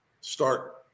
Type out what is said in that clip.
start